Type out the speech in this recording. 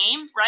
right